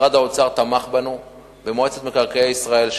משרד האוצר תמך בנו ומועצת מקרקעי ישראל,